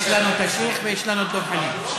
יש לנו את השיח' ויש לנו את דב חנין.